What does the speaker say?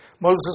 Moses